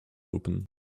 open